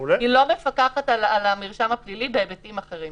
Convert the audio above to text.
היא לא מפקחת על המרשם הפלילי בהיבטים אחרים.